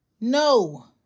No